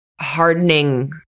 hardening